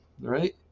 right